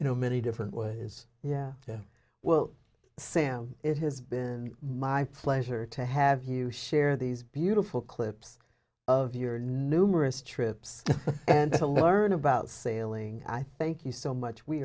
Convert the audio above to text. you know many different ways yeah yeah well sam it has been my pleasure to have you share these beautiful clips of your numerous trips and to learn about sailing i thank you so much we